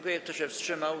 Kto się wstrzymał?